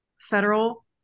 federal